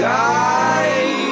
die